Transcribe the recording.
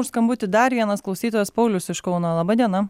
už skambutį dar vienas klausytojas paulius iš kauno laba diena